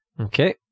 Okay